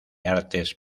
artes